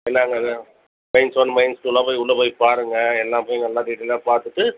எல்லாருமே தான் mains one mains டூலாம் போய் உள்ளே போய் பாருங்கள் எல்லாமே நல்லா டீடைலாக பார்த்துட்டு